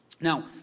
Now